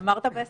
אמרת ב-10:30.